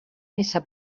missa